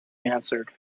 answered